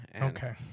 Okay